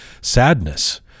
sadness